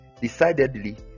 decidedly